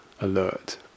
alert